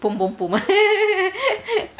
boom boom boom